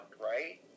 right